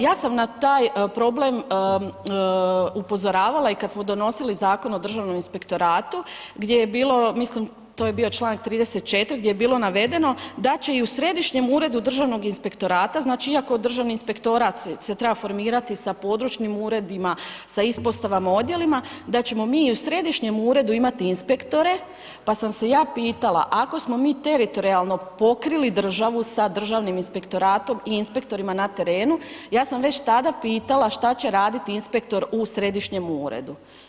Ja sam na taj problem upozoravala i kad smo donosili zakon o Državnom inspektoratu gdje je bilo mislim, to je bio članak 34. gdje je bilo navedeno da će i u Središnjem uredu Državnog inspektorata, znači iako je Državni inspektorat se treba formirati sa područnim uredima, sa ispostavama, odjelima, da ćemo mi u Središnjem uredu imati inspektore, pa sam se ja pitala, ako smo mi teritorijalno pokrili državu sa Državnim inspektoratom i inspektorima na terenu, ja sam već tada pitala šta će raditi inspektor u Središnjem uredu.